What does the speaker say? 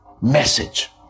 message